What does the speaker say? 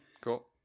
Cool